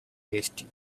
tasty